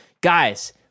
Guys